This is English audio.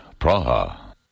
Praha